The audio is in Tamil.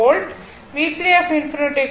4 வோல்ட்